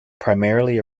primarily